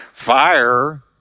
Fire